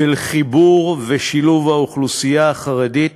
של חיבור ושילוב האוכלוסייה החרדית